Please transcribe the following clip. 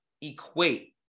equate